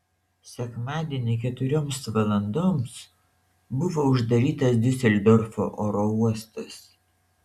sekmadienį keturioms valandoms buvo uždarytas diuseldorfo oro uostas